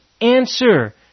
answer